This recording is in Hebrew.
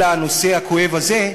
אלא הנושא הכואב הזה,